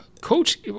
coach